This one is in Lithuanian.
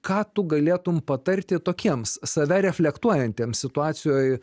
ką tu galėtum patarti tokiems save reflektuojantiems situacijoj